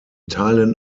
teilen